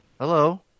Hello